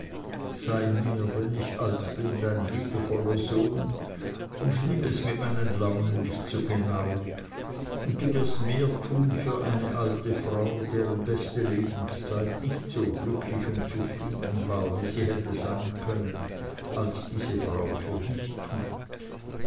sei mir wenn ich alt bin ein liebevoller sohn und nimm es mit meinen launen nicht so genau und du wirst mehr tun für eine alte frau deren beste lebenszeit nicht so glücklich und zufrieden war wie sie hätte sein können als diese frau für dich tut